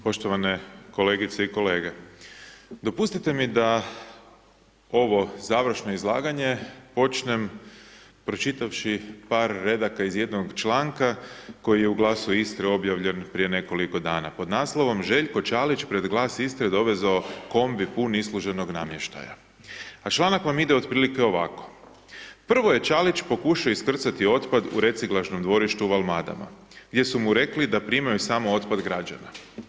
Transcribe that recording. Poštovane kolegice i kolege, dopustite mi da ovo završno izlaganje počnem pročitavši par redaka iz jednog članka koji je u Glasu Istre objavljen prije nekoliko dana pod naslovom „Željko Čalić pred Glas Istre dovezao kombi pun isluženog namještaja“, a članak vam ide otprilike ovako: „Prvo je Čalić pokušao iskrcati otpad u reciklažnom dvorištu u Valmadama, gdje su mu rekli da primaju samo otpad građana.